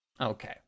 Okay